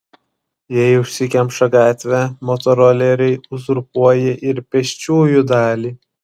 jei užsikemša gatvė motoroleriai uzurpuoja ir pėsčiųjų dalį